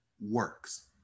works